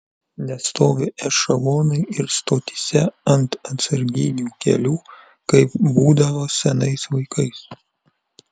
nestovi ešelonai ir stotyse ant atsarginių kelių kaip būdavo senais laikais